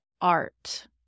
art